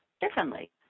differently